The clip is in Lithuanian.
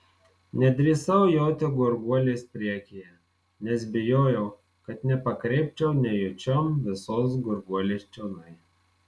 nedrįsau joti gurguolės priekyje nes bijojau kad nepakreipčiau nejučiom visos gurguolės čionai